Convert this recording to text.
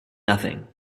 nothing